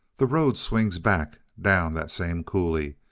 the road swings back, down that same coulee,